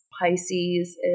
Pisces